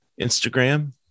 Instagram